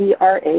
ERA